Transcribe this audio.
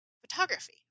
photography